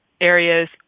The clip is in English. areas